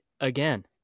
again